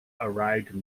arrived